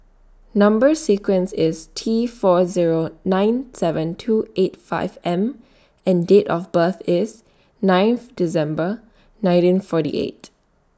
Number sequence IS T four Zero nine seven two eight five M and Date of birth IS ninth December nineteen forty eight